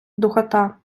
духота